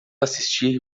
assistir